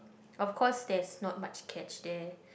of course there's not much catch there